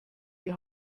die